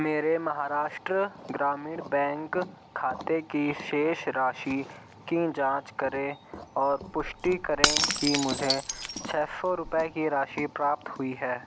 मेरे महाराष्ट्र ग्रामीण बैंक खाते की शेष राशि की जाँच करें और पुष्टि करें कि मुझे छः सौ रुपये की राशि प्राप्त हुई है